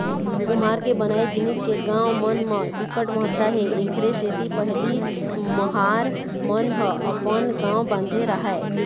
कुम्हार के बनाए जिनिस के गाँव मन म बिकट महत्ता हे एखरे सेती पहिली महार मन ह अपन गाँव बांधे राहय